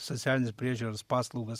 socialinės priežiūros paslaugas